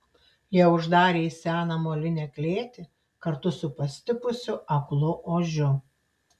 ją uždarė į seną molinę klėtį kartu su pastipusiu aklu ožiu